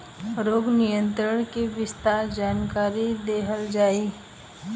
रोग नियंत्रण के विस्तार जानकरी देल जाई?